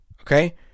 okay